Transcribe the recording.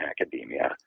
academia